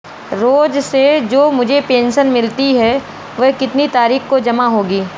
रोज़ से जो मुझे पेंशन मिलती है वह कितनी तारीख को जमा होगी?